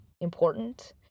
important